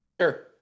Sure